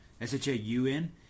S-H-A-U-N